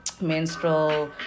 menstrual